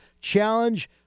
challenge